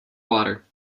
water